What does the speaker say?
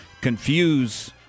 confuse